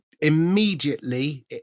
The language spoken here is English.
immediately